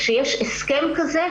כשיש הסכם כזה,